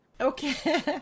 Okay